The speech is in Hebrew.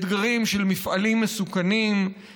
אתגרים של מפעלים מסוכנים,